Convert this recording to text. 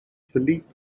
philippe